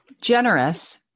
generous